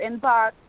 inbox